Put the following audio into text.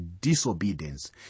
disobedience